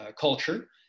culture